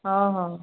ହଁ ହଁ